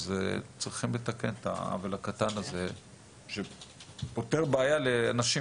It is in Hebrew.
אז צריכים לתקן את העוול הקטן הזה שפותר בעיה לאנשים,